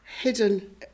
hidden